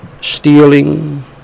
stealing